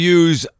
use